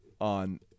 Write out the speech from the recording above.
on